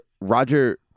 Roger